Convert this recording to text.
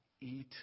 eat